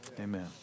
Amen